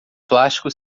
plástico